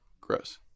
Gross